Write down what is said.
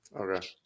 Okay